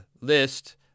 list